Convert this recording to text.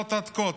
מהתוצאות עד כה?